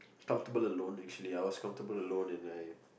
comfortable alone actually I was comfortable alone and I